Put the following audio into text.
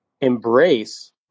embrace